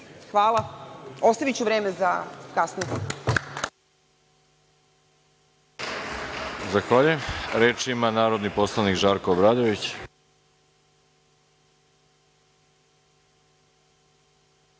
Hvala. Ostaviću vreme za kasnije.